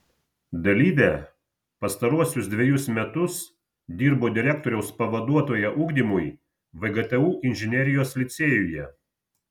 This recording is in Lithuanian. dalyvė pastaruosius dvejus metus dirbo direktoriaus pavaduotoja ugdymui vgtu inžinerijos licėjuje